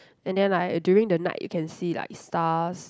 and then like during the night you can see like stars